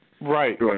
Right